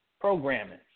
programming